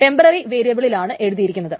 temporary വേരിയബിളിലാണ് എഴുതിയിരിക്കുന്നത്